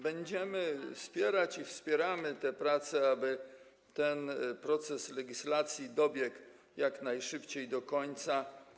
Będziemy wspierać i wspieramy te prace, aby proces legislacji dobiegł jak najszybciej końca.